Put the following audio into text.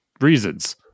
reasons